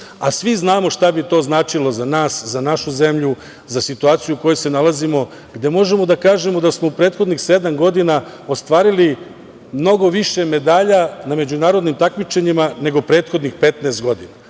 a svi znamo šta bi to značilo za nas, za našu zemlju, za situaciju u kojoj se nalazimo, gde možemo da kažemo da smo u prethodnih sedam godina ostvarili mnogo više medalja na međunarodnim takmičenjima nego prethodnih 15 godina.